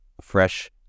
fresh